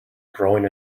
growing